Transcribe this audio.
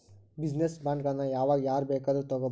Business ಬಾಂಡ್ಗಳನ್ನ ಯಾವಾಗ್ ಯಾರ್ ಬೇಕಾದ್ರು ತಗೊಬೊದು?